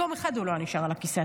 יום אחד הוא לא היה נשאר על הכיסא.